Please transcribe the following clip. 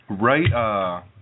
Right